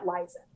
Liza